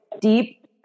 deep